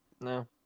No